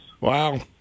Wow